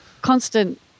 constant